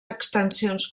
extensions